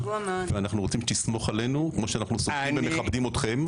ואנחנו רוצים שתסמוך עלינו כמו שאנחנו סומכים ומכבדים אתכם.